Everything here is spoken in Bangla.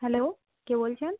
হ্যালো কে বলছেন